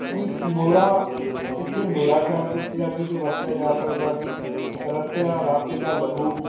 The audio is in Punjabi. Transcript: ਯਾਨੀ ਮੋਰਾ ਇੱਥੇ ਮੇਰਾ ਸ਼ਬਦ ਪੰਜਾਬੀ 'ਚ ਵਰਤਿਆ ਜਾ ਸਕਦਾ ਸੀ ਰੱਤਿਆ ਰਤ ਜਾਂ ਲਹੂ